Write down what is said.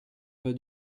pas